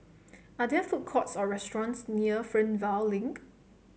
are there food courts or restaurants near Fernvale Link